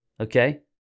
okay